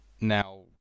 Now